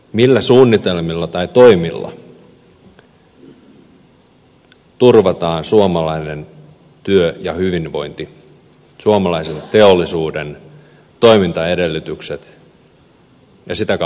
millä suunnitelmilla tai toimilla turvataan suomalainen työ ja hyvinvointi suomalaisen teollisuuden toimintaedellytykset ja sitä kautta luonnonsuojelu